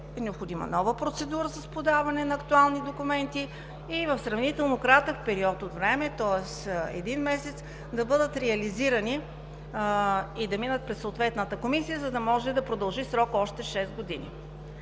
необходима нова процедура с подаване на актуални документи и в сравнително кратък период от време, тоест един месец, да бъдат реализирани и да минат през съответната комисия, за да може срокът да продължи още шест години.